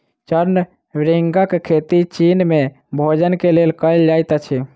चूर्ण भृंगक खेती चीन में भोजन के लेल कयल जाइत अछि